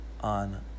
on